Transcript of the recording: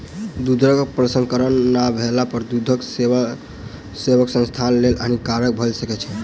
दूधक प्रसंस्करण नै भेला पर दूधक सेवन स्वास्थ्यक लेल हानिकारक भ सकै छै